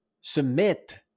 submit